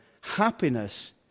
happiness